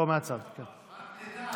רק תדע, אדוני